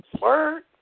Word